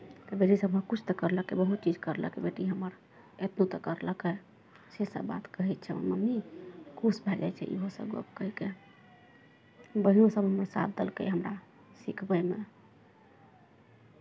कहै छै किछु तऽ करलकै बहुत चीज करलकै बेटी हमर एतबो तऽ करलकै सेसभ बात कहै छै हमर मम्मी खुश भए जाइ छै इहो सभ गप्प कहि कऽ बहिनो सभ हमर साथ देलकै हमरा सिखबयमे